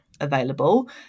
available